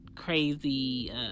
crazy